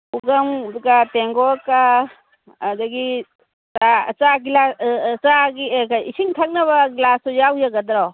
ꯄꯨꯈꯝꯒ ꯇꯦꯡꯀꯣꯠꯀꯥ ꯑꯗꯒꯤ ꯆꯥ ꯆꯥ ꯒ꯭ꯂꯥꯁ ꯆꯥꯒꯤ ꯀꯔꯤ ꯏꯁꯤꯡ ꯊꯛꯅꯕ ꯒ꯭ꯂꯥꯁꯇꯨ ꯌꯥꯎꯖꯒꯗ꯭ꯔꯣ